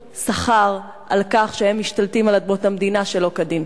שכר על כך שהם משתלטים על אדמות המדינה שלא כדין.